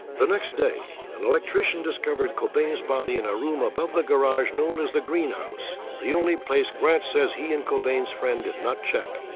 the next day, an electrician discovered cobain's body in a room above the garage known as the greenhouse, the only place grant says he and cobain's friend did not check.